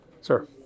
Sir